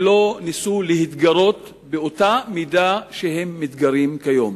ולא ניסו להתגרות באותה מידה שהם מתגרים כיום.